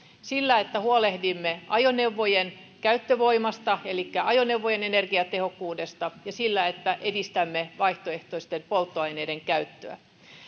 sillä että huolehdimme ajoneuvojen käyttövoimasta elikkä ajoneuvojen energiatehokkuudesta ja sillä että edistämme vaihtoehtoisten polttoaineiden käyttöä